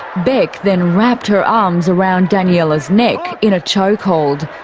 bec then wrapped her arms around daniela's neck in a chokehold.